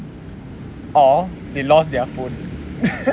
or they lost their phone